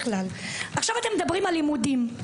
אתם מדברים על לימודים,